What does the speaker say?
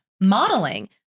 modeling